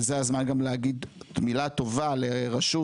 זה הזמן גם להגיד מילה טובה לרשות,